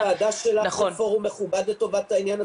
הוועדה שלך היא פורום מכובד לטובת העניין,